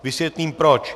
Vysvětlím proč.